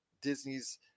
Disney's